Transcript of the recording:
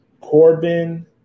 Corbin